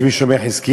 יש מי שאומר חזקיהו.